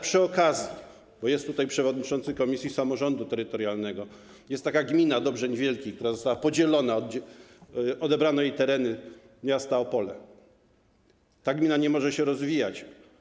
Przy okazji powiem - bo jest tutaj przewodniczący komisji samorządu terytorialnego - że jest taka gmina Dobrzyń Wielki, która została podzielona, odebrano jej tereny miasta Opole i ta gmina nie może się rozwijać.